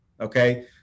Okay